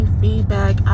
feedback